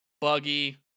Buggy